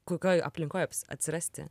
kokioj aplinkoj atsirasti